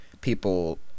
people